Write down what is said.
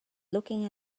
looking